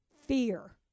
fear